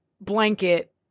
blanket